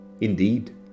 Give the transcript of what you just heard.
Indeed